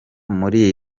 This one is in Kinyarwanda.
muri